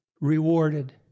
Rewarded